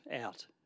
out